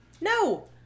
No